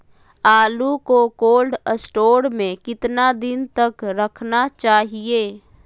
आलू को cold store में कितना दिन तक रखना चाहिए?